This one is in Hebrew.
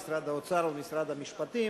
משרד האוצר ומשרד המשפטים.